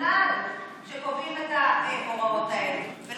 רציונל שקובעים את ההוראות האלה.